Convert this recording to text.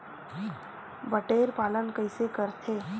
बटेर पालन कइसे करथे?